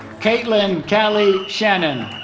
kaitlin callie shannon